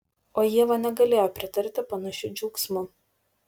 o ieva negalėjo pritarti panašiu džiaugsmu